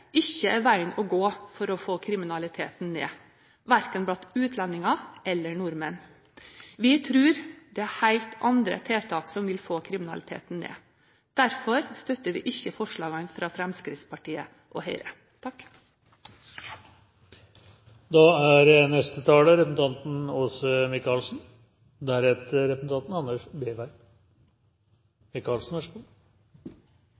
ikke er veien å gå for å få kriminaliteten ned – verken blant utlendinger eller nordmenn. Vi tror at det er helt andre tiltak som vil få kriminaliteten ned. Derfor støtter vi ikke forslagene fra Fremskrittspartiet og Høyre.